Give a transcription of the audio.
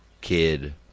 kid